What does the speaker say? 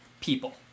people